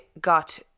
got